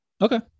Okay